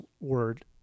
word